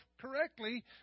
correctly